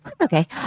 Okay